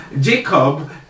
Jacob